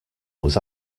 was